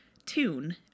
tune